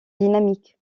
dynamique